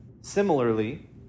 similarly